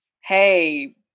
Hey